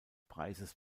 preises